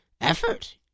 Effort